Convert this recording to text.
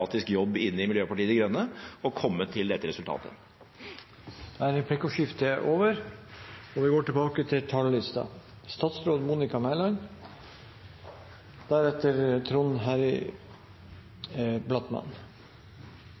demokratisk jobb i Miljøpartiet De Grønne og kommet til dette resultatet. Replikkordskiftet er over.